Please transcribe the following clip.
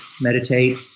meditate